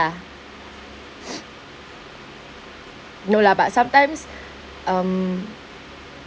no lah but sometimes um